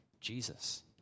Jesus